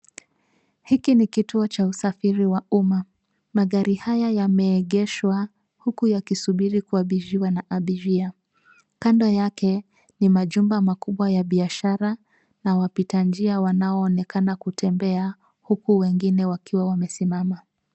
Hiki ni kituo cha usafiri wa uma. Magari haya yameegeshwa, huku yakisubiri kuabiriwa na abiria. Kando yake, ni majumba makubwa ya biashara, na wapita njia wanaoonekana kutembea, huku wengine wakiwa wamesimama.